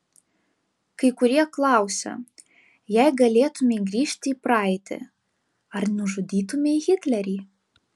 kai kurie klausia jei galėtumei grįžti į praeitį ar nužudytumei hitlerį